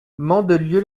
mandelieu